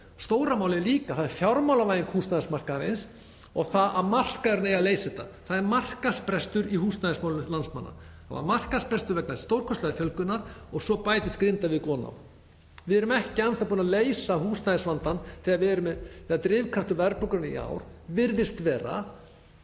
Stóra málið líka er fjármálavæðing húsnæðismarkaðarins og það að markaðurinn eigi að leysa þetta. Það er markaðsbrestur í húsnæðismálum landsmanna. Það varð markaðsbrestur vegna stórkostlegrar fjölgunar og svo bætist Grindavík ofan á. Við erum ekki enn þá búin að leysa húsnæðisvandann þegar drifkraftur verðbólgunnar í ár virðist vera